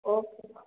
okay